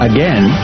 Again